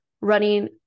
running